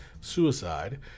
Suicide